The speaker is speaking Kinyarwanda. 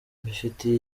mbifitiye